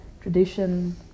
tradition